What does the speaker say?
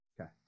Okay